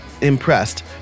impressed